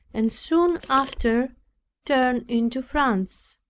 and soon after turned into france.